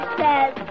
says